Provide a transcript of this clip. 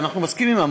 ואנחנו מסכימים עם זה,